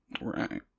right